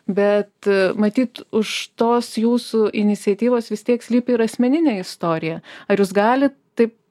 bet matyt už tos jūsų iniciatyvos vis tiek slypi ir asmeninė istorija ar jus galit taip